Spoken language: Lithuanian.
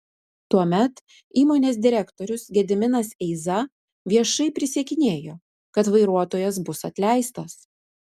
tuomet įmonės direktorius gediminas eiza viešai prisiekinėjo kad vairuotojas bus atleistas